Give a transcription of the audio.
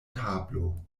tablo